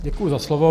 Děkuji za slovo.